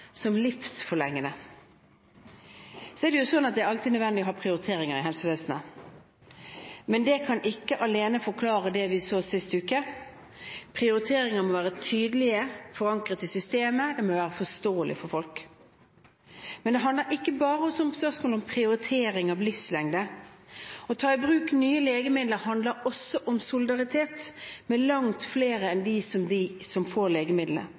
som livsforlengende. Så er det alltid slik at det er nødvendig å ha prioriteringer i helsevesenet. Men det kan ikke alene forklare det vi så sist uke. Prioriteringer må være tydelige, forankret i systemet. Det må være forståelig for folk. Men det er ikke bare et spørsmål om prioritering av livslengde. Å ta i bruk nye legemidler handler også om solidaritet med langt flere enn med dem som får legemidlene.